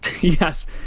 Yes